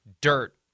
dirt